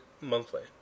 monthly